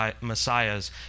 messiahs